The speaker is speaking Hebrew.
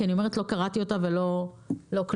כי לא קראתי אותה ולא כלום,